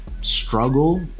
struggle